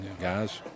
guys